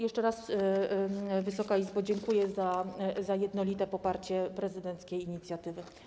Jeszcze raz, Wysoka Izbo, dziękuję za jednolite poparcie prezydenckiej inicjatywy.